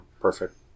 Perfect